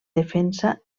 defensa